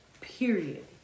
Period